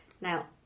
Now